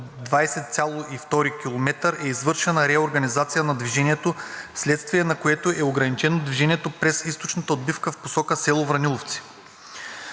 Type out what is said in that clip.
20,2 км е извършена реорганизация на движението, вследствие на което е ограничено движението през източната отбивка в посока село Враниловци.